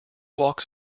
walks